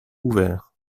ouvert